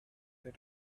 they